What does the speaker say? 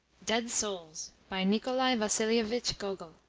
dead souls by nikolai vasilievich gogol